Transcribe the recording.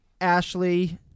Ashley